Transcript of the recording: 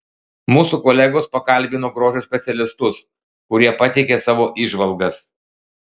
mūsų kolegos pakalbino grožio specialistus kurie pateikė savo įžvalgas